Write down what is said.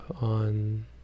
on